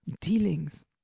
Dealings